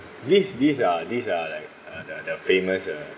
these these are these are like uh the the famous uh